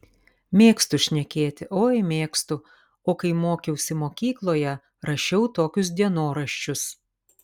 mėgstu šnekėti oi mėgstu o kai mokiausi mokykloje rašiau tokius dienoraščius